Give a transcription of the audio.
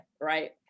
right